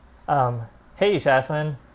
um !hey! jasmine